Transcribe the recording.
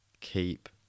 keep